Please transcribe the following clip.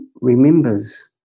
remembers